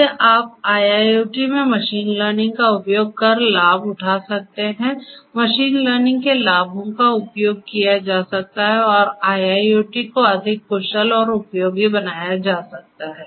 इसलिए आप IIoT में मशीन लर्निंग का उपयोग कर लाभ उठा सकते हैं मशीन लर्निंग के लाभों का उपयोग किया जा सकता है और IIoT को अधिक कुशल और उपयोगी बनाया जा सकता है